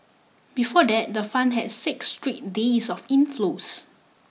before that the fund had six straight days of inflows